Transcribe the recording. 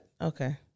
Okay